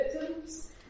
victims